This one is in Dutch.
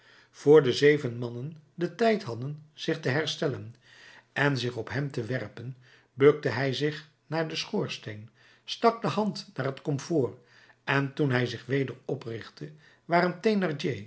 vr de zeven mannen den tijd hadden zich te herstellen en zich op hem te werpen bukte hij zich naar den schoorsteen stak de hand naar het komfoor en toen hij zich weder oprichtte waren